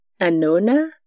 Anona